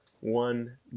one